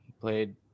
played